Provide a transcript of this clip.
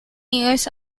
years